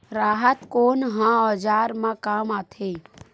राहत कोन ह औजार मा काम आथे?